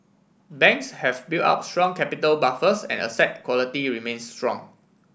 banks have built up strong capital buffers and asset quality remains strong